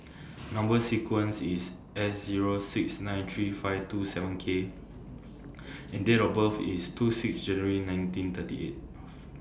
Number sequence IS S Zero six nine three five two seven K and Date of birth IS two six January nineteen thirty eight